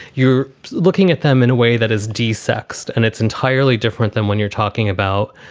you're looking at them in a way that is desexed. and it's entirely different than when you're talking about,